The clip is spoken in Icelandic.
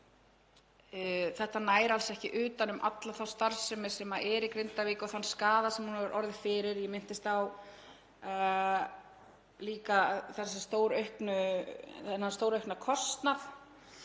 þetta alls ekki utan um alla þá starfsemi sem er í Grindavík og þann skaða sem hún hefur orðið fyrir. Ég minntist líka á þennan stóraukna kostnað